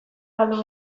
galdu